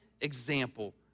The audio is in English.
example